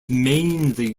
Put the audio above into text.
mainly